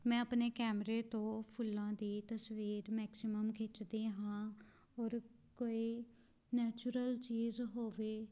ਮੈਂ ਆਪਣੇ ਕੈਮਰੇ ਤੋਂ ਫੁੱਲਾਂ ਦੀ ਤਸਵੀਰ ਮੈਕਸੀਮਮ ਖਿੱਚਦੀ ਹਾਂ ਔਰ ਕੋਈ ਨੈਚੁਰਲ ਚੀਜ਼ ਹੋਵੇ